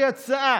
הגשתי הצעה: